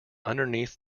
underneath